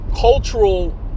cultural